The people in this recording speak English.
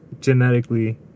genetically